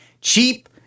Cheap